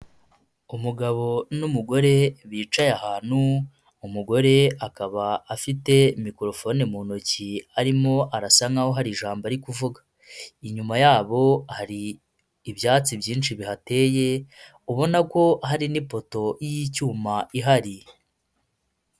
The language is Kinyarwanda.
Umugabo n'umugore bicaye ahantu, umugore akaba afite microphone mu ntoki, arimo arasa nkaho hari ijambo ari kuvuga. Inyuma yabo hari ibyatsi byinshi bihateye, ubona ko hari n'ipoto y'icyuma ihari.